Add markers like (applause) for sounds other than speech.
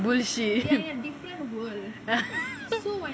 bullshit (laughs)